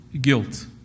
Guilt